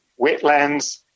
wetlands